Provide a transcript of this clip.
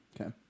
Okay